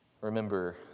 Remember